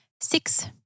six